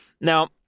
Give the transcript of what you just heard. Now